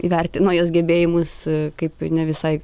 įvertino jos gebėjimus kaip ne visai